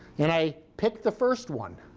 and i pick the first one.